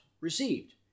received